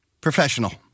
Professional